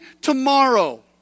tomorrow